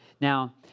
Now